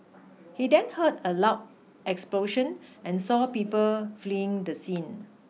he then heard a loud explosion and saw people fleeing the scene